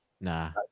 nah